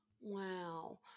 Wow